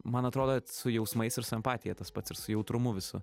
man atrodo kad su jausmais ir su empatija tas pats ir su jautrumu visu